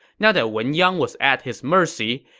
now that wen yang was at his mercy,